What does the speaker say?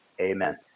Amen